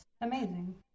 Amazing